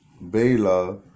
Bela